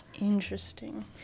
Interesting